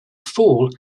fall